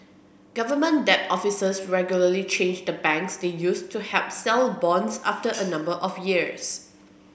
government debt officers regularly change the banks they use to help sell bonds after a number of years